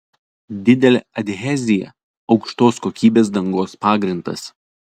didelė adhezija aukštos kokybės dangos pagrindas